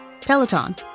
Peloton